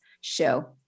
show